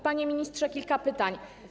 Panie ministrze, kilka pytań.